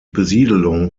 besiedelung